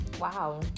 Wow